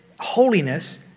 holiness